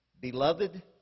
Beloved